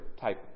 type